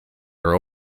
were